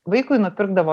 vaikui nupirkdavo